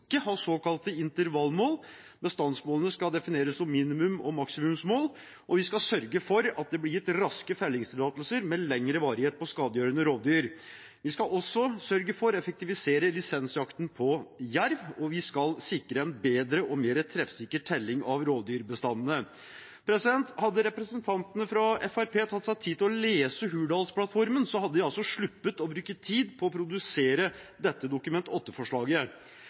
ha såkalte intervallmål. Bestandsmålene skal defineres som minimums- og maksimumsmål, og vi skal sørge for at det blir gitt raske fellingstillatelser med lengre varighet på skadegjørende rovdyr. Vi skal også sørge for å effektivisere lisensjakten på jerv, og vi skal sikre en bedre og mer treffsikker telling av rovdyrbestandene. Hadde representantene fra Fremskrittspartiet tatt seg tid til å lese Hurdalsplattformen, hadde de altså sluppet å bruke tid på å produsere dette Dokument